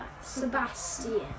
Sebastian